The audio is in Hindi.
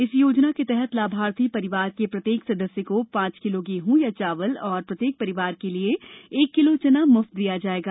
इस योजना के तहत लाभार्थी परिवार के प्रत्येक सदस्य को पांच किलो गेहूं या चावल और प्रत्येक परिवार के लिये एक किलो चना मुफ्त दिया जाएगा